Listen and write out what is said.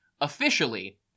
Officially